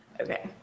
Okay